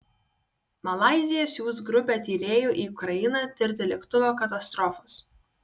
malaizija siųs grupę tyrėjų į ukrainą tirti lėktuvo katastrofos